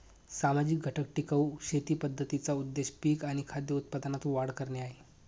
सामाजिक घटक टिकाऊ शेती पद्धतींचा उद्देश पिक आणि खाद्य उत्पादनात वाढ करणे आहे